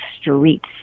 streets